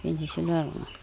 পন্ধিছিলোঁ আৰু